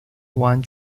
one